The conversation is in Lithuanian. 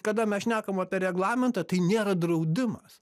kada mes šnekam apie reglamentą tai nėra draudimas